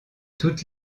toutes